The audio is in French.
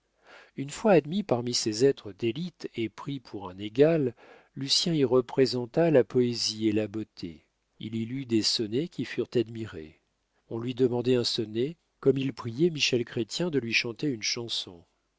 une fois admis parmi ces êtres d'élite et pris pour un égal lucien y représenta la poésie et la beauté il y lut des sonnets qui furent admirés on lui demandait un sonnet comme il priait michel chrestien de lui chanter une chanson